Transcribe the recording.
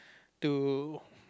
to